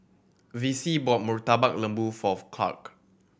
Vicie bought Murtabak Lembu for Clarke